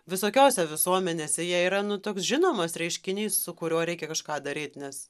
visokiose visuomenėse jie yra nu toks žinomas reiškinys su kuriuo reikia kažką daryt nes